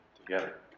together